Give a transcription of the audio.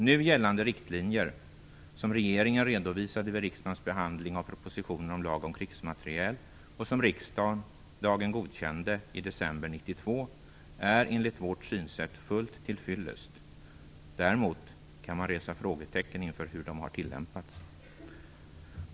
Nu gällande riktlinjer, som regeringen redovisade vid riksdagens behandling av propositionen Lag om krigsmateriel och som riksdagen godkände i december 1992, är enligt vårt synsätt helt till fyllest. Däremot kan man resa frågetecken inför hur riktlinjerna har tillämpats.